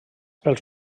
pels